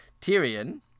Tyrion